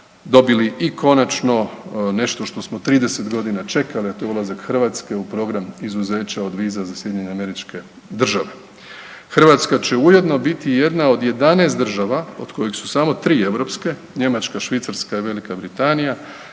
dobili i konačno nešto što smo 30.g. čekali, a to je ulazak Hrvatske u program izuzeća od viza za SAD. Hrvatska će ujedno biti i jedna od 11 država od kojih su samo 3 europske, Njemačka, Švicarska i Velika Britanija,